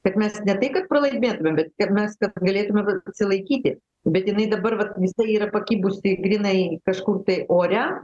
kad mes ne tai kad pralaimėtumėm bet kad mes galėtumėm atsilaikyti bet jinai dabar vat visa yra pakibusi grynai kažkur tai ore